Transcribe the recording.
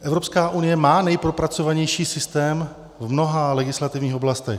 Evropská unie má nejpropracovanější systém v mnoha legislativních oblastech.